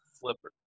flipper